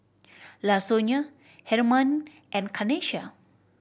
Lasonya Hermann and Kanesha